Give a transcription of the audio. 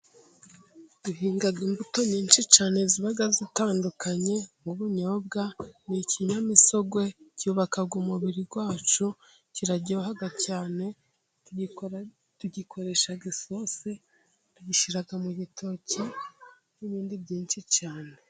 Duhinga imbuto nyinshi cyane ziba zitandukanye, nk'ubunyobwa ni ikinyamisogwe cyubaka umubiri wacu kiraryoha cyane, tugikoresha isosi, tugishira mu gitoki, n'ibindi byinshi cyane.